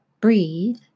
Breathe